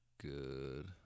good